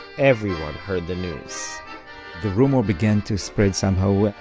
everyone heard the news the rumor began to spread somehow,